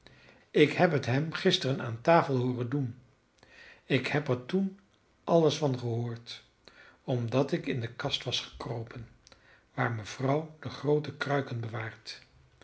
ik heb het hem gisteren aan tafel hooren doen ik heb er toen alles van gehoord omdat ik in de kast was gekropen waar mevrouw de groote kruiken bewaart